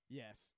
yes